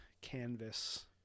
canvas